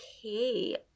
okay